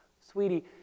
sweetie